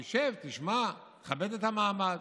תשב, תשמע, תכבד את המעמד.